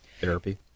therapy